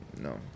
No